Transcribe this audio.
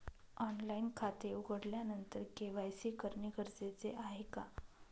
Online खाते उघडल्यानंतर KYC करणे गरजेचे आहे का?